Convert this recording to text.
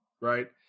Right